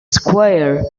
square